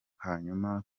hanyuma